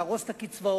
להרוס את הקצבאות,